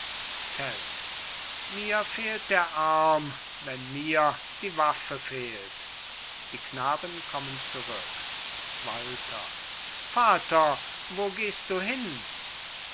mir fehlt der arm wenn mir die waffe fehlt die knaben kommen zurück walther vater wo gehst du hin